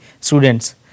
students